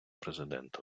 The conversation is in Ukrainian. президента